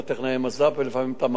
ולפעמים את המעבדה הניידת,